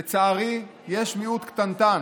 לצערי יש מיעוט קטנטן